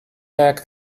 back